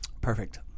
Perfect